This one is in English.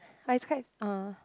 but it's quite uh